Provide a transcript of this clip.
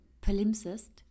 Palimpsest